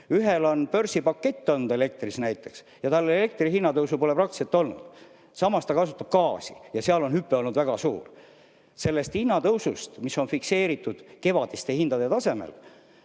näiteks börsipakett elektri puhul ja tal elektrihinna tõusu pole praktiliselt olnud, samas ta kasutab gaasi ja seal on hüpe olnud väga suur. Sellest hinnatõusust, mis on fikseeritud kevadiste hindade tasemel,